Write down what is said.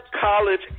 college